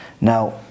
Now